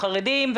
חרדים,